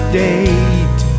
date